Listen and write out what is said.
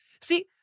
See